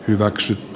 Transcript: hyväksi